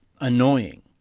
annoying